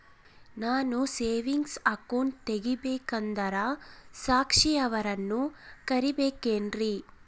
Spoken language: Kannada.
ನಾನು ಸೇವಿಂಗ್ ಅಕೌಂಟ್ ತೆಗಿಬೇಕಂದರ ಸಾಕ್ಷಿಯವರನ್ನು ಕರಿಬೇಕಿನ್ರಿ?